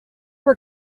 were